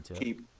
keep